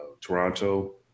Toronto